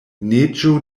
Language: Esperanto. neĝo